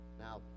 Now